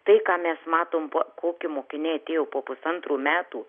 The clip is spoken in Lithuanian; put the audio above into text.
tai ką mes matom po koki mokiniai atėjo po pusantrų metų